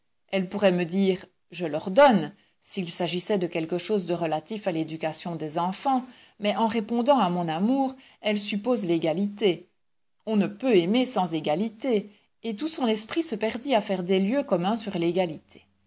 elle pourrait me dire je l'ordonne s'il s'agissait de quelque chose de relatif à l'éducation des enfants mais en répondant à mon amour elle suppose l'égalité on ne peut aimer sans égalité et tout son esprit se perdit à faire des lieux communs sur l'égalité